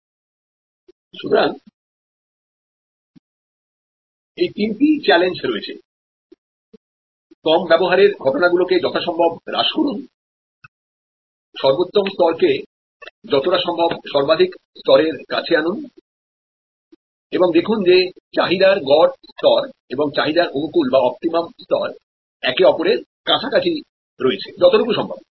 সুতরাং এই তিনটি চ্যালেঞ্জ রয়েছে কম ব্যবহারের ঘটনাগুলিকে যথাসম্ভব হ্রাস করুন সর্বোত্তম স্তরকে যতটা সম্ভব সর্বাধিক স্তরের কাছে আনুন এবং দেখুন যে চাহিদার গড় স্তর এবং চাহিদার অনুকূল বা অপটিমাম স্তর একে অপরের কাছাকাছি রয়েছে যতটুকু সম্ভব